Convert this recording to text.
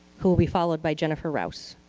who will be followed by jennifer rouse.